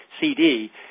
CD